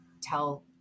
tell